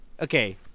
okay